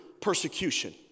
persecution